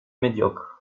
médiocre